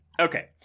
Okay